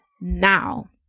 Now